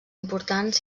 importants